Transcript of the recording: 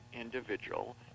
individual